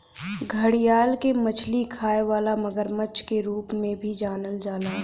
घड़ियाल के मछली खाए वाला मगरमच्छ के रूप में भी जानल जाला